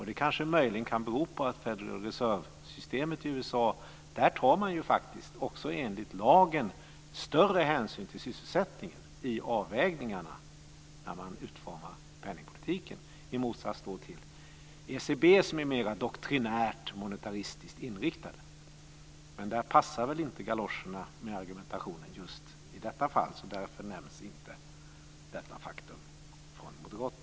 Det kan möjligen bero på att man i Federal Reserve-systemet i USA enligt lagen vid avvägningarna inför utformningen av penningpolitiken faktiskt tar större hänsyn till sysselsättningen än vad ECB gör, som är mera doktrinärt monetaristiskt inriktat. Men just när det gäller den argumentationen passar väl inte galoscherna, och därför nämns inte detta faktum av moderaterna.